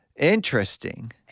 Interesting